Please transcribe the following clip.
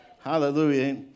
Hallelujah